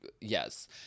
Yes